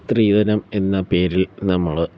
സ്ത്രീധനം എന്ന പേരിൽ നമ്മൾ